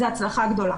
זה הצלחה גדולה,